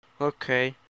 Okay